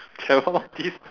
chairologist